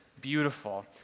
beautiful